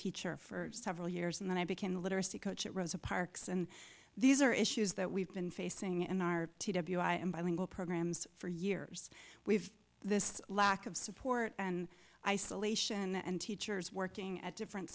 teacher for several years and then i became the literacy coach at rosa parks and these are issues that we've been facing an r t w i am bilingual programs for years we've this lack of support and isolation and teachers working at different